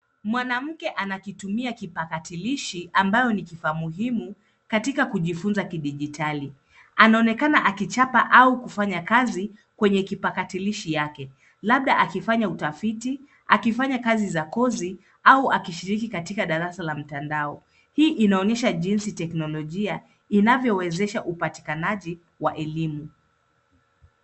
Mwanamke anakitumia kipakatilishi ambayo ni kifaa muhimu katika kujifunza kidijitali. Anaonekana akichapa au kufanya kazi kwenye kipakatilishi yake, labda akifanya utafiti, akifanya kazi za kozi au akishiriki katika darasa la mtandao. Hii inaonyesha jinsi teknolojia inavyowezesha upatikanaji wa elimu.